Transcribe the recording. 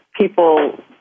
people